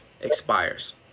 expires